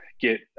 get